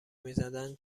میزدن